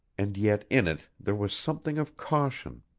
and yet in it there was something of caution.